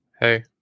Hey